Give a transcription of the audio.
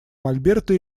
мольберта